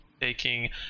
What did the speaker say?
taking